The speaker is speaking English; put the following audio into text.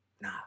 Nah